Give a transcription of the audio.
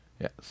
Yes